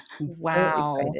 Wow